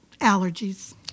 allergies